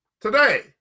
today